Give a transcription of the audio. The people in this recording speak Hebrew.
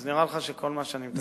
אז נראה לך שכל מה שאני מתקצב,